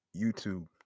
YouTube